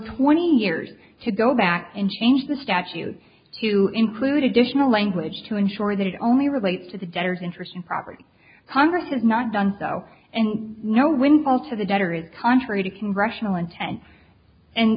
twenty years to go back and change the statute to include additional language to ensure that it only relates to the debtors interesting property congress has not done so and no windfall to the debtor is contrary to congressional intent and